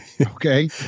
Okay